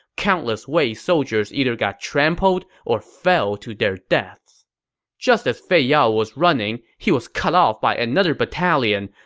countless wei soldiers either got trampled or fell to their deaths just as fei yao was running, he was cut off by another battalion,